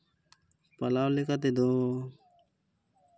ᱯᱟᱞᱟᱣ ᱞᱮᱠᱟ ᱛᱮᱫᱚ